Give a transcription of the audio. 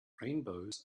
rainbows